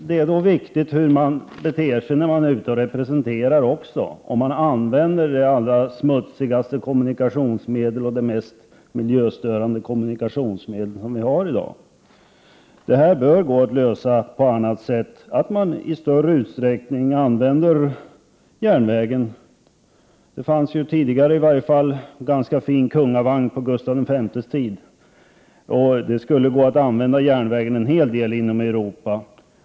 Det är också viktigt hur man beter sig när man är ute och representerar, om man använder det allra smutsigaste och mest miljöstörande kommunikationsmedel vi har i dag. Detta bör gå att lösa på annat sätt, så att man i större utsträckning använder järnvägen. Det fanns ju en ganska fin kungavagn på Gustav V:s tid. Det skulle gå att använda järnvägen en hel del inom Europa.